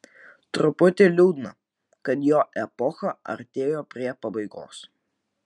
truputį liūdna kad jo epocha atėjo prie pabaigos